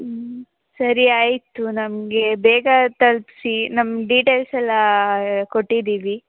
ಹ್ಞೂ ಸರಿ ಆಯಿತು ನಮಗೆ ಬೇಗ ತಲುಪ್ಸಿ ನಮ್ಮ ಡೀಟೇಲ್ಸ್ ಎಲ್ಲ ಕೊಟ್ಟಿದ್ದೀವಿ